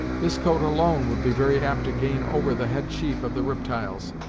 this coat, alone, would be very apt to gain over the head chief of the riptyles,